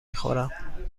خورم